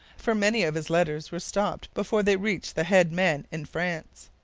for many of his letters were stopped before they reached the head men in france.